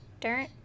dirt